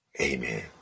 Amen